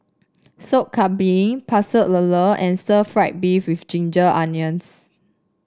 Sop Kambing Pecel Lele and stir fry beef with Ginger Onions